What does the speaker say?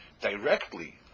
directly